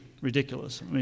ridiculous